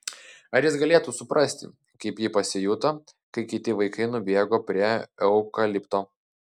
ar jis galėtų suprasti kaip ji pasijuto kai kiti vaikai nubėgo prie eukalipto